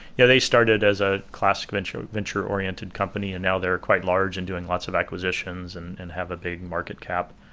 yeah they started as a classic and venture-oriented company and now they're quite large and doing lots of acquisitions and and have a big market cap.